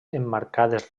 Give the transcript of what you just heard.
emmarcades